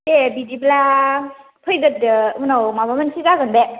दे बिदिब्ला फैगोरदो उनाव माबा मोनसे जागोन बे